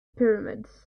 pyramids